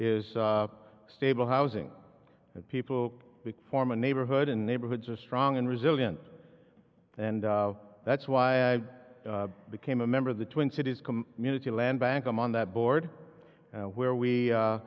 is stable housing and people form a neighborhood and neighborhoods are strong and resilient and that's why i became a member of the twin cities munity land bank i'm on that board where we